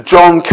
John